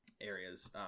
areas